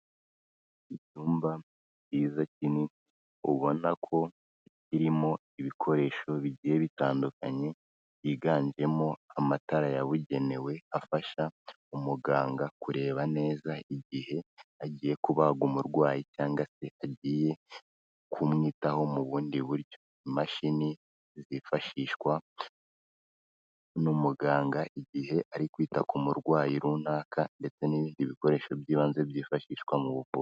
Icyumba cyiza kinini, ubona ko kirimo ibikoresho bigiye bitandukanye, higanjemo amatara yabugenewe, afasha umuganga kureba neza, igihe agiye kubaga umurwayi cyangwa se agiye kumwitaho mu bundi buryo; mashini zifashishwa n'umuganga igihe ari kwita ku murwayi runaka, ndetse n'ibindi bikoresho by'ibanze byifashishwa mu buvuzi.